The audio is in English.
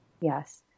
yes